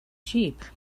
sheep